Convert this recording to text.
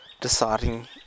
deciding